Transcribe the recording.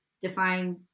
define